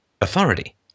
authority